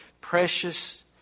precious